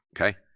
Okay